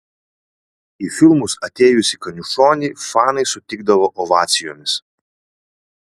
į filmus atėjusį kaniušonį fanai sutikdavo ovacijomis